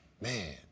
man